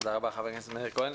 תודה רבה ח"כ מאיר כהן.